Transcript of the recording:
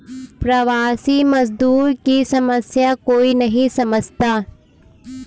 प्रवासी मजदूर की समस्या कोई नहीं समझता